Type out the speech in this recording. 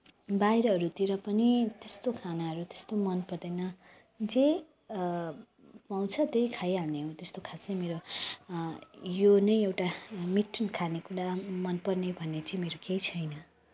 बाहिरहरूतिर पनि त्यस्तो खानाहरू त्यस्तो मनपर्दैन जे पाउँछु त्यही खाइहाल्ने हो त्यस्तो खासै मेरो यो नै एउटा मिठो खानेकुरा मनपर्ने भन्ने चाहिँ मेरो केही छैन